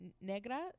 negra